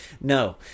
No